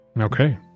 Okay